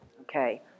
Okay